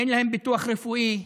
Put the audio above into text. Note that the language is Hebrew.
אין להם ביטוח רפואי,